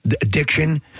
Addiction